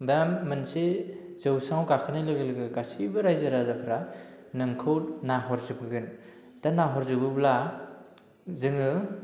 दा मोनसे जौस्राङाव गाखोनाय लोगो लोगो गासैबो रायजो राजाफ्रा नोंखौ नाहरजोबगोन दा नाहरजोबोब्ला जोङो